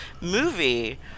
movie